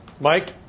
Mike